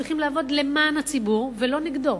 צריכים לעבוד למען הציבור ולא נגדו.